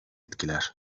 etkiler